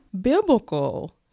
biblical